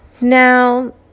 Now